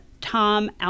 Tom